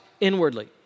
inwardly